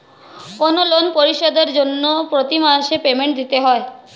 কোনো লোন পরিশোধের জন্য প্রতি মাসে পেমেন্ট দিতে হয়